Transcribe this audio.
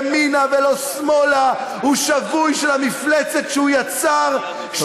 איזה ימין חשוך ראש הממשלה הזה יצר.